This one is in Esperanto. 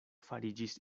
fariĝis